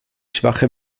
schwache